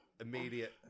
Immediate